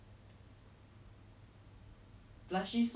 like it's very absurd but like some people really think that way like